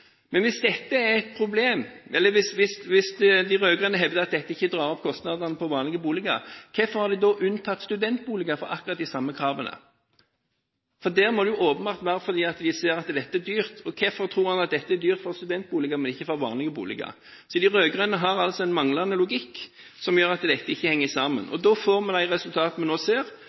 Hvis de rød-grønne hevder at dette ikke drar opp kostnadene på vanlige boliger, hvorfor har de da unntatt studentboliger fra akkurat de samme kravene? Det må jo åpenbart være fordi de ser at dette er dyrt. Hvorfor tror man at dette er dyrt for studentboliger, men ikke for vanlige boliger? De rød-grønne har altså en manglende logikk som gjør at dette ikke henger sammen. Da får vi de resultatene vi nå ser